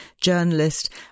journalist